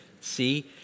See